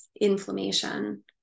inflammation